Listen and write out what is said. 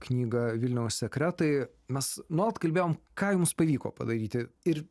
knygą vilniaus sekretai mes nuolat kalbėjom ką jums pavyko padaryti ir